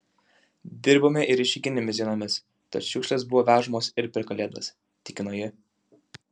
dirbame ir išeiginėmis dienomis tad šiukšlės buvo vežamos ir per kalėdas tikino ji